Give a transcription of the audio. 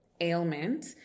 ailment